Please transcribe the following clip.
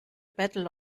battle